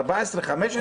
14, 15?